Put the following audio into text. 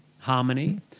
harmony